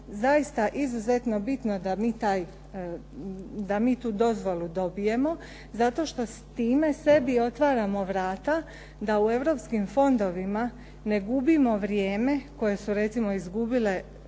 zaista izuzetno bitno da mi tu dozvolu dobijemo zato što s time sebi otvaramo vrata da u europskim fondovima ne gubimo vrijeme koje su recimo izgubile